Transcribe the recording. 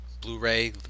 Blu-ray